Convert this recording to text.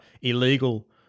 illegal